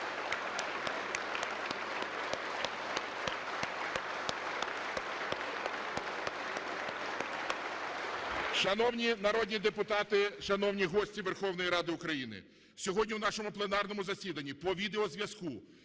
Шановні народні депутати, шановні гості Верховної Ради України, сьогодні в нашому пленарному засіданні по відеозв'язку